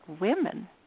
women